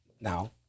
now